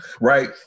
right